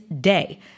day